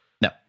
No